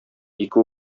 ике